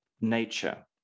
nature